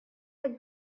had